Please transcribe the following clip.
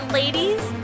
ladies